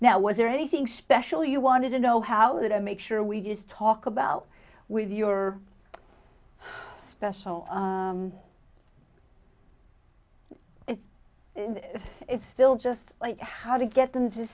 now was there anything special you wanted to know how did i make sure we just talk about with your special is it still just like how to get them to